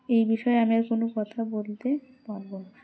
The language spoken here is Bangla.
এই বিষয়ে আমি আর কোনো কথা বলতে পারবো না